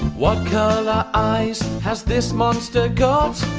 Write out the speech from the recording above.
what colour eyes has this monster got?